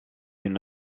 une